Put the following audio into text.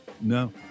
no